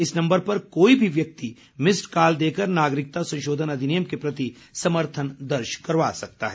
इस नम्बर पर कोई भी व्यक्ति मिस्ड कॉल देकर नागरिकता संशोधन अधिनियम के प्रति समर्थन दर्ज करा सकता है